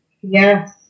Yes